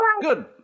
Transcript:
Good